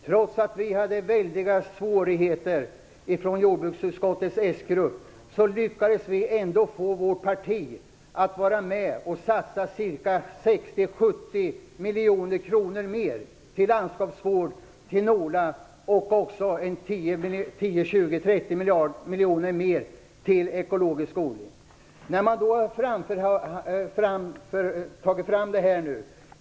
Trots att vi i jordbruksutskottets s-grupp hade väldiga svårigheter lyckades vi ändå få vårt parti att vara med och satsa 60-70 miljoner kronor mer till landskapsvård och NOLA och också 20-30 miljoner mer till ekologisk odling. Nu har man tagit fram detta.